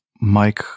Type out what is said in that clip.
Mike